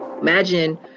Imagine